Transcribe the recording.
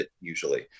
usually